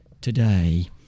today